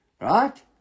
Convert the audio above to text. Right